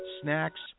snacks